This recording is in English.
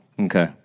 Okay